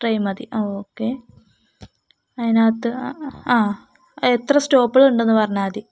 train മതി okay അതിനകത്ത് ആ എത്ര സ്റ്റോപ്പുകളുണ്ടെന്ന് പറഞ്ഞാൽ മതി